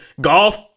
golf